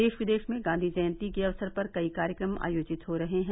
देश विर्देश में गांधी जयंती के अवसर पर कई कार्यक्रम आयोजित हो रहे है